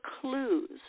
clues